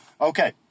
Okay